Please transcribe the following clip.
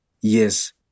Yes